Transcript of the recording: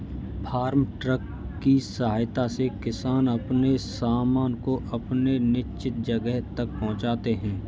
farm truck की सहायता से किसान अपने सामान को अपने निश्चित जगह तक पहुंचाते हैं